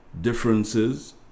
Differences